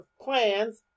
plans